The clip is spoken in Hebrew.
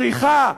צריכה,